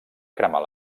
cremar